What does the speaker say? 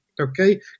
okay